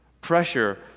pressure